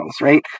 right